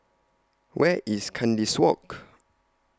Where IS Kandis Walk